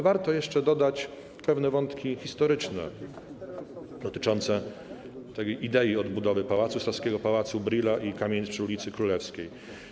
Warto jeszcze dodać pewne wątki historyczne dotyczące idei odbudowy Pałacu Saskiego, Pałacu Brühla i kamienic przy ul. Królewskiej.